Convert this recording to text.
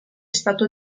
stato